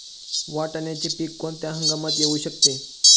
वाटाण्याचे पीक कोणत्या हंगामात येऊ शकते?